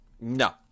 no